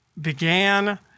began